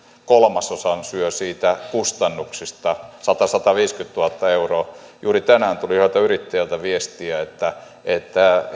kolmasosan siitä kustannuksesta satatuhatta viiva sataviisikymmentätuhatta euroa juuri tänään tuli yhdeltä yrittäjältä viestiä että että